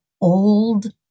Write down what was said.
old